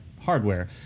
hardware